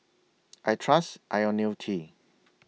I Trust Ionil T